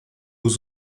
aux